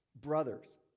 brothers